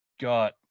got